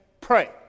pray